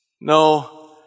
No